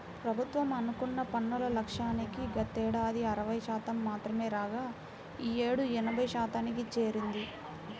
ప్రభుత్వం అనుకున్న పన్నుల లక్ష్యానికి గతేడాది అరవై శాతం మాత్రమే రాగా ఈ యేడు ఎనభై శాతానికి చేరింది